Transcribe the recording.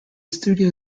studio